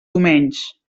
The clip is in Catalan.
domenys